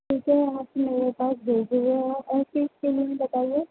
ٹھیک ہے آپ میرے پاس بھیج دیجیے گا اور کس بتائیے